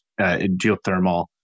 geothermal